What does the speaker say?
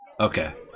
Okay